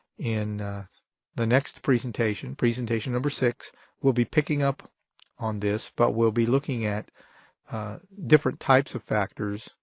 in the next presentation, presentation number six we'll be picking up on this but we'll be looking at different types of factors.